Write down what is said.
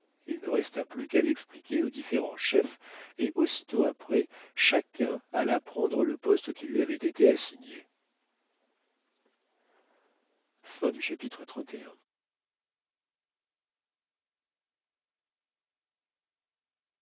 il ne resta plus qu'à l'expliquer aux différents chefs et aussitôt après chacun alla prendre le poste qui lui avait été assigné